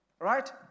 right